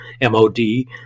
M-O-D